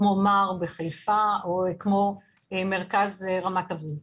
כמו מר בחיפה או כמו מרכז רמת אביב.